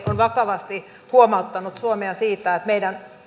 on vakavasti huomauttanut suomea siitä että meidän